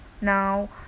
Now